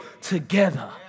together